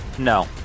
no